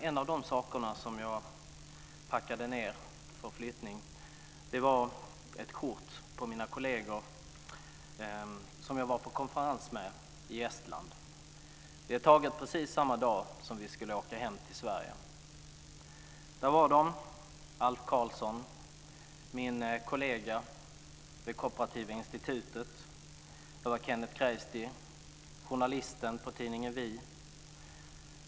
En av de saker som jag packade ned för flyttning var ett kort på mina kolleger som jag var på konferens med i Estland. Det är taget samma dag som vi skulle åka hem till Sverige. På kortet fanns de. Det var Alf Karlsson, min kollega vid Kooperativa institutet. Det var Kennet Krejsty, journalisten på tidningen Vi.